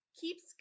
keeps